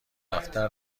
دفتر